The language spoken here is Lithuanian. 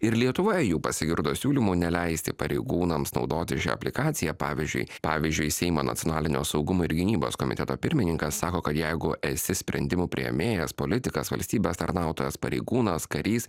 ir lietuvoje jau pasigirdo siūlymų neleisti pareigūnams naudoti šią aplikaciją pavyzdžiui pavyzdžiui seimo nacionalinio saugumo ir gynybos komiteto pirmininkas sako kad jeigu esi sprendimų priėmėjas politikas valstybės tarnautojas pareigūnas karys